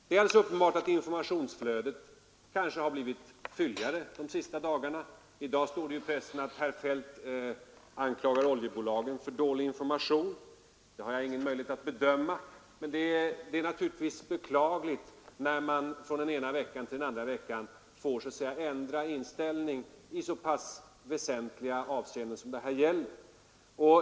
Det är alldeles uppenbart att kanske informationsflödet blivit fylligare de sista dagarna. I dag står det i pressen att herr Feldt anklagar oljebolagen för dålig information. Bakgrunden härtill har jag ingen möjlighet att bedöma, men det är beklagligt när man från den ena veckan till den andra ändrar inställning i så pass väsentliga avseenden som det här gäller.